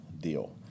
deal